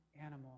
animal